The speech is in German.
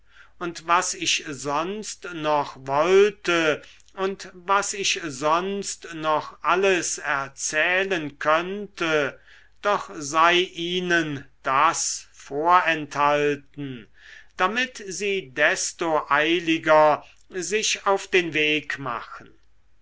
und was ich sonst noch wollte und was ich sonst noch alles erzählen könnte doch sei ihnen das vorenthalten damit sie desto eiliger sich auf den weg machen